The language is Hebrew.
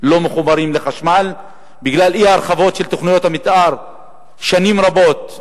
לא מחוברים לחשמל בגלל האי-הרחבות של תוכניות המיתאר שנים רבות,